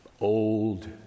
old